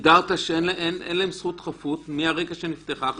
והגדרת שאין להם זכות חפות מהרגע שנפתחה החקירה.